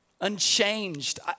unchanged